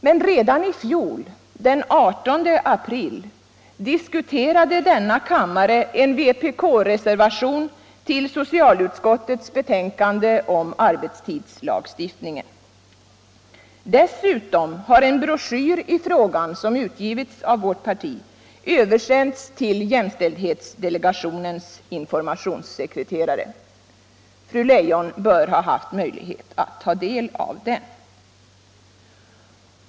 Men redan i fjol, den 18 april, diskuterade denna kammare en vpk-reservation till socialutskottets betänkande om arbetstidslagstiftningen. Dessutom har en broschyr i frågan som utgivits av vårt parti översänts till jämställdhetsdelegationens informationssekreterare. Fru Leijon bör ha haft möjlighet att ta del av den.